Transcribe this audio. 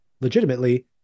legitimately